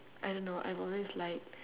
I don't know I've always liked